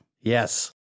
Yes